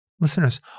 Listeners